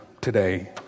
today